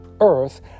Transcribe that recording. earth